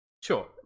Sure